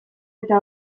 eta